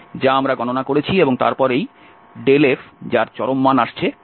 যা আমরা গণনা করেছি এবং তারপর এই f যার চরম মান আসছে 22